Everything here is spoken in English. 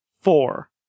four